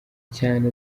cyane